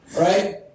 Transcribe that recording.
Right